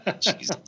Jesus